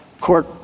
court